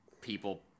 people